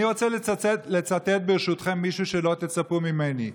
אני רוצה לצטט, ברשותכם, מישהו שלא תצפו ממני.